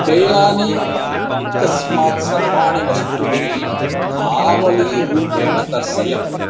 पेयानि इत्यस्मात् सर्वाणि वस्तूनि आवलीरूपेण दर्शय